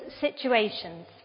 situations